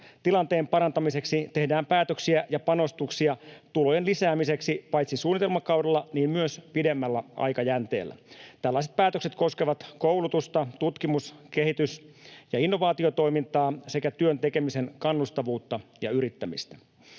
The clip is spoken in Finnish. tilanteen parantamiseksi tehdään päätöksiä ja panostuksia tulojen lisäämiseksi paitsi suunnitelmakaudella myös pidemmällä aikajänteellä. Tällaiset päätökset koskevat koulutusta, tutkimus‑, kehitys‑ ja innovaatiotoimintaa sekä työn tekemisen kannustavuutta ja yrittämistä.